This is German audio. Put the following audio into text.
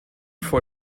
vor